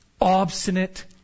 obstinate